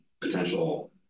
potential